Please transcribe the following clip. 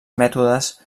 mètodes